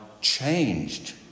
changed